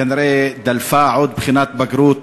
כנראה דלפה עוד בחינת בגרות